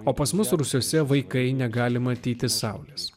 o pas mus rūsiuose vaikai negali matyti saulės